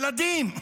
ילדים.